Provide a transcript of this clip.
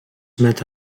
met